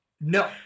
no